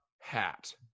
hat